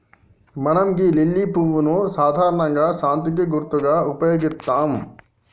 మనం గీ లిల్లీ పువ్వును సాధారణంగా శాంతికి గుర్తుగా ఉపయోగిత్తం